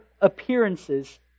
appearances